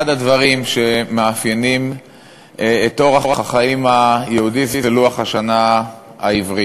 אחד הדברים שמאפיינים את אורח החיים היהודי הוא לוח השנה העברי.